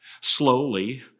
Slowly